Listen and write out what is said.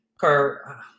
car